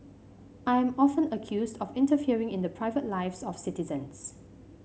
I'm often accused of interfering in the private lives of citizens